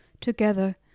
together